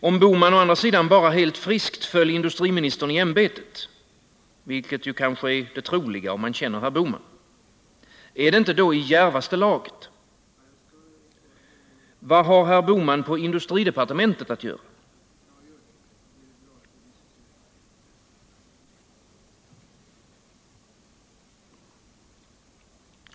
Om herr Bohman å andra sidan bara helt friskt föll industriministern i ämbetet — vilket kanske är det troliga, om man känner herr Bohman — är det inte i djärvaste laget? Vad har herr Bohman på industridepartementet att göra?